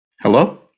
Hello